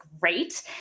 great